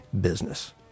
business